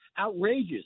outrageous